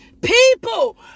People